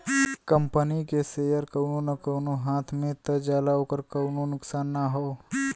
company के share कउनो न कउनो हाथ मे त जाला ओकर कउनो नुकसान ना हौ